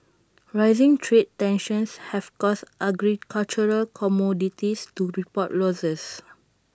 rising trade tensions have caused agricultural commodities to report losses